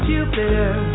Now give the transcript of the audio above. Jupiter